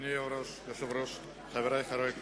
אדוני היושב-ראש, חברי חברי הכנסת,